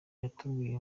batubwiye